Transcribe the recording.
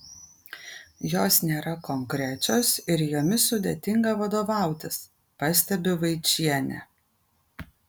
jos nėra konkrečios ir jomis sudėtinga vadovautis pastebi vaičienė